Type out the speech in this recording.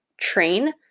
train